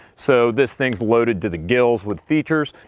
so, this thing's loaded to the gills with features.